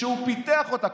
שהוא פיתח אותה.